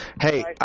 Hey